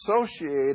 associated